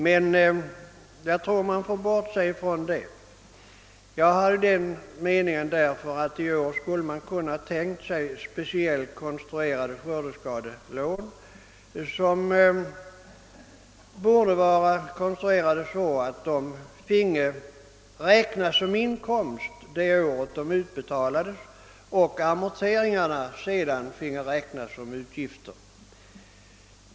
Men jag tror man bör bortse från detta. I år skulle man därför enligt min mening kunna: tänka sig speciellt konstruerade skördeskadelån som borde utformas så att de finge räknas som inkomst det år de utbetalades, medan amorteringarna finge räknas som utgifter.